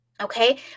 okay